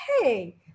Hey